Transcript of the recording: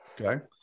okay